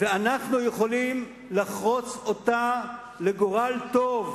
ואנחנו יכולים לחרוץ את דינה לגורל טוב,